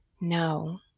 No